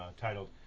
titled